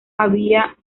había